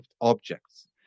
objects